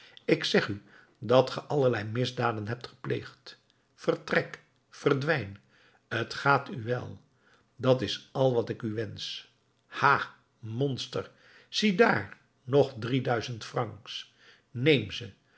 ik zeg u dat ge allerlei misdaden hebt gepleegd vertrek verdwijn t ga u wel dat is al wat ik u wensch ha monster ziedaar nog drieduizend francs neem ze